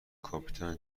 کاپیتان